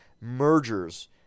mergers